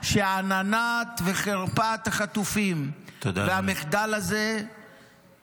שעננת וחרפת החטופים במחדל הזה -- תודה, אדוני.